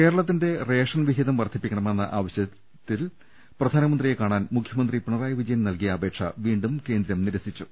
കേരളത്തിന്റെ റേഷൻ വിഹിതം വർദ്ധിപ്പിക്കണമെന്ന ആവശ്യത്തിൽ പ്രധാനമന്ത്രിയെ കാണാൻ മുഖ്യമന്ത്രി പിണറായി വിജ യൻ നൽകിയ അപേക്ഷ വീണ്ടും കേന്ദ്രം നിരസിച്ചു